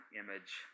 image